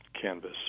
canvas